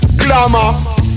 glamour